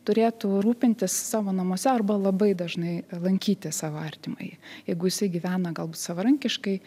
turėtų rūpintis savo namuose arba labai dažnai lankyti savo artimąjį jeigu jisai gyvena galbūt savarankiškai